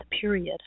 period